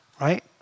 Right